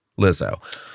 Lizzo